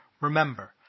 Remember